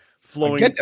flowing